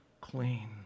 clean